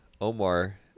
Omar